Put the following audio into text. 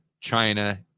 China